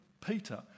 Peter